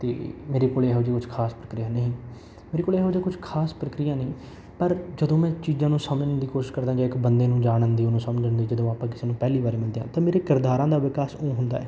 ਅਤੇ ਮੇਰੇ ਕੋਲ ਇਹੋ ਜਿਹੀ ਕੁਛ ਖਾਸ ਪ੍ਰਕਿਰਿਆ ਨਹੀਂ ਮੇਰੇ ਕੋਲ ਇਹੋ ਜਿਹਾ ਕੁਛ ਖਾਸ ਪ੍ਰਕਿਰਿਆ ਨਹੀਂ ਪਰ ਜਦੋਂ ਮੈਂ ਚੀਜ਼ਾਂ ਨੂੰ ਸਮਝਣ ਦੀ ਕੋਸ਼ਿਸ਼ ਕਰਦਾ ਜਾਂ ਇੱਕ ਬੰਦੇ ਨੂੰ ਜਾਣਨ ਦੀ ਉਹਨੂੰ ਸਮਝਣ ਦੀ ਜਦੋਂ ਆਪਾਂ ਕਿਸੇ ਨੂੰ ਪਹਿਲੀ ਵਾਰ ਮਿਲਦੇ ਹਾਂ ਤਾਂ ਮੇਰੇ ਕਿਰਦਾਰਾਂ ਦਾ ਵਿਕਾਸ ਉਹ ਹੁੰਦਾ